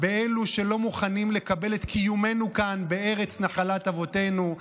באלה שלא מוכנים לקבל את קיומנו כאן בארץ נחלת אבותינו,